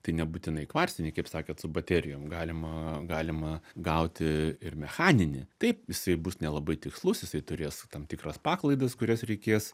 tai nebūtinai kvarcinį kaip sakėt su baterijom galima galima gauti ir mechaninį taip jisai bus nelabai tikslus jisai turės tam tikras paklaidas kurias reikės